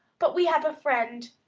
but we have a friend,